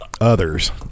others